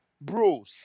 bro